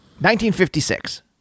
1956